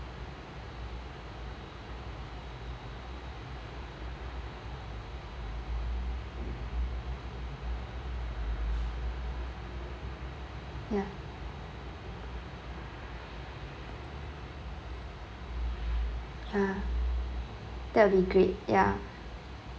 yeah ya that will be great ya